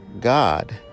god